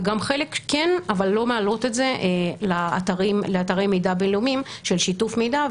וגם חלק כן אבל לא מעלות את זה לאתרי מידע בין לאומיים של שיתוף מידע,